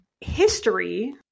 History